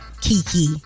Kiki